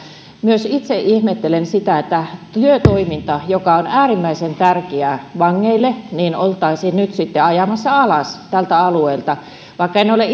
myös itse ihmettelen sitä että työtoiminta joka on äärimmäisen tärkeää vangeille oltaisiin nyt sitten ajamassa alas tältä alueelta vaikka en ole